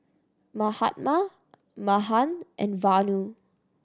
Mahatma Mahan and Vanu